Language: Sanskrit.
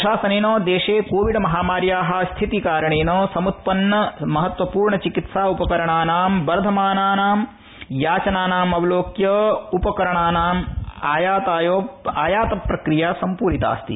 प्रशासनेन देशे कोविड महामार्या स्थिति कारणेन समूत्पन्न महत्वपूर्ण चिकित्सा उपकरणानां वर्धमानां याचनामवलोक्य उपकरणानाम् आयात प्रकिया सम्पूरितास्ति